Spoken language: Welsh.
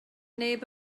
neb